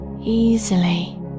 easily